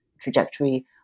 trajectory